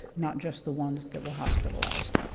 not just the ones that were hospitalized